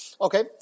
Okay